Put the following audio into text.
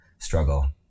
struggle